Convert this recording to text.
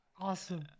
Awesome